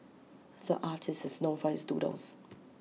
the artist is known for his doodles